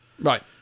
right